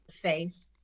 face